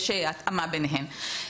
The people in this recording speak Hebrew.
יש התאמה ביניהן.